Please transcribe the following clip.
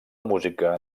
música